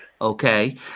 Okay